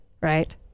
right